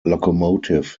locomotive